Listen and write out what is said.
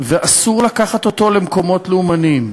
ואסור לקחת אותו למקומות לאומניים.